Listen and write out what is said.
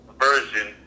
version